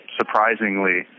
surprisingly